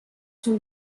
zum